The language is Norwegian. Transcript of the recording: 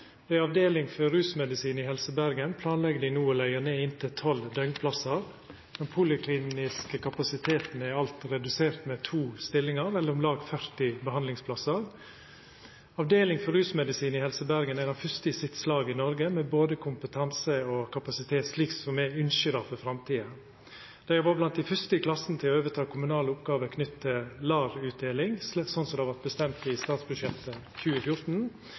Ved avdeling for rusmedisin i Helse Bergen planlegg dei no å leggja ned inntil tolv døgnplassar. Den polikliniske kapasiteten er alt redusert med to stillingar, om lag 40 behandlingsplassar. Avdeling for rusmedisin i Helse Bergen er den fyrste i sitt slag i Noreg, med både kompetanse og kapasitet slik eg ynskjer det for framtida. Dei har vore blant dei fyrste til å overta kommunale oppgåver knytt til LAR-utdeling, slik det vart bestemt i statsbudsjettet for 2014.